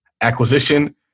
acquisition